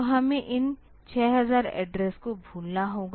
तो हमें इन 6000 एड्रेस को भूलना होगा